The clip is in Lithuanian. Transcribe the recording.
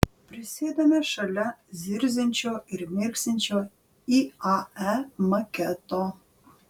prisėdame šalia zirziančio ir mirksinčio iae maketo